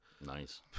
Nice